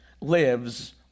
lives